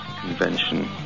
convention